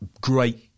great